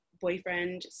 boyfriend